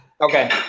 Okay